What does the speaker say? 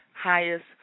highest